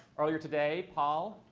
earlier today, paul,